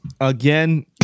Again